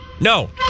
No